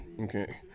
Okay